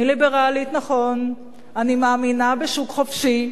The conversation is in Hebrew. אני ליברלית, נכון, אני מאמינה בשוק חופשי,